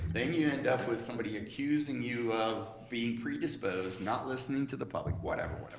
then you end up with somebody accusing you of being predisposed, not listening to the public, whatever,